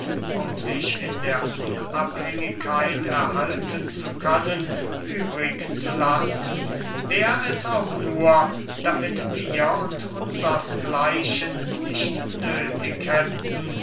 um sich in der unabhängigkeit erhalten zu können übrig zu lassen wär es auch nur damit wir und unsersgleichen nicht nöthig hätten